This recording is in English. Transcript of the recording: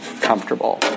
comfortable